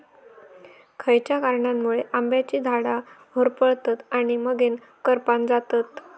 खयच्या कारणांमुळे आम्याची झाडा होरपळतत आणि मगेन करपान जातत?